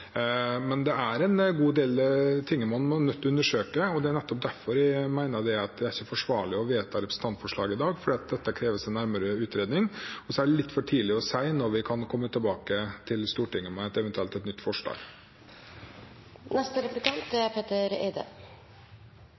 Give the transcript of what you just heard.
det. Det er en god del man er nødt til å undersøke, og det er nettopp derfor jeg mener det ikke er forsvarlig å vedta representantforslaget i dag, fordi dette krever nærmere utredning, og det er litt for tidlig å si når vi kan komme tilbake til Stortinget med eventuelt et nytt forslag. Jeg er glad for å høre at justisministeren sier klart og tydelig at han er